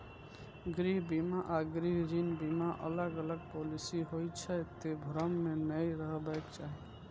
गृह बीमा आ गृह ऋण बीमा अलग अलग पॉलिसी होइ छै, तें भ्रम मे नै रहबाक चाही